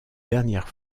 dernière